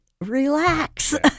relax